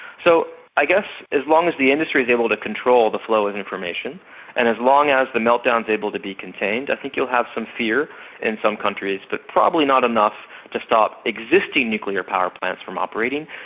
so i guess as long as the industry is able to control the flow of information and as long as the meltdown's able to be contained, i think you'll have some fear in some countries, but probably not enough to stop existing nuclear power plants from operating.